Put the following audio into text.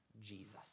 Jesus